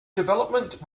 development